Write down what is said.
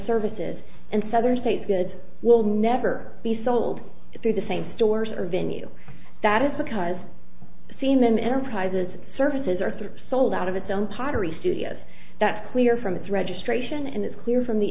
services and southern state good will never be sold through the same stores or venue that is because seaman enterprises services arthur sold out of its own pottery studios that's clear from its registration and it's clear from the